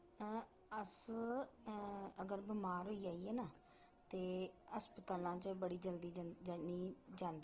अस अगर बमार होई जाइये ना ते हस्पतालां च बड़ी जल्दी जंदे जन्ने जांदे आं